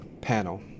panel